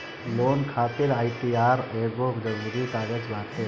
loan खातिर ITR एगो जरुरी कागज बाटे